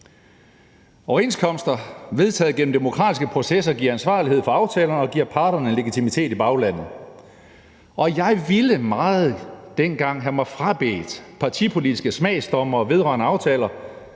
Overenskomster vedtaget gennem demokratiske processer giver ansvarlighed for aftalerne og giver parterne legitimitet i baglandet, og jeg ville dengang meget have mig frabedt partipolitiske smagsdommere vedrørende aftaler,